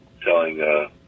telling